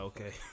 Okay